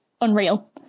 unreal